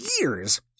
years